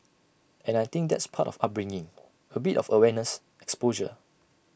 and I think that's part of upbringing A bit of awareness exposure